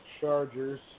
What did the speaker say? Chargers